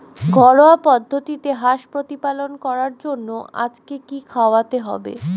ঘরোয়া পদ্ধতিতে হাঁস প্রতিপালন করার জন্য আজকে কি খাওয়াতে হবে?